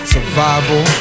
Survival